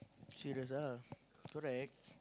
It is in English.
serious ah correct